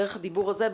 דרך הדיבור הזה,